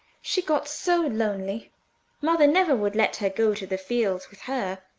she got so lonely mother never would let her go to the field with her.